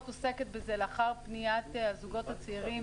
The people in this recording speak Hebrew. עוסקת בזה לאחר פניית הזוגות הצעירים,